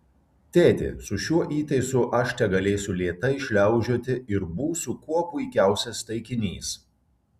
tėti su šiuo įtaisu aš tegalėsiu lėtai šliaužioti ir būsiu kuo puikiausias taikinys